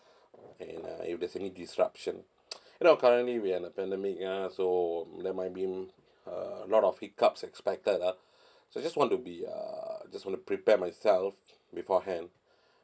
and uh if there's any disruption you know currently we're in the pandemic ah so there might be uh a lot of hiccups expected ah so I just want to be uh just want to prepare myself beforehand